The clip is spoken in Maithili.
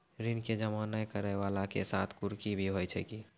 ऋण के जमा नै करैय वाला के साथ कुर्की भी होय छै कि?